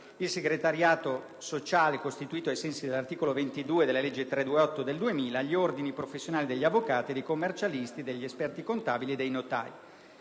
il Segretariato sociale, costituito ai sensi dell'articolo 22, comma 4, lettera *a*), della legge n. 328 del 2000, gli Ordini professionali degli avvocati, dei commercialisti ed esperti contabili e dei notai.